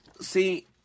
See